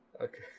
Okay